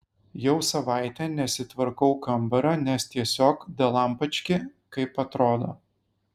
jau savaitę nesitvarkau kambario nes tiesiog dalampački kaip atrodo